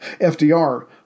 FDR